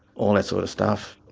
all that sort of stuff.